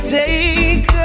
take